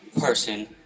person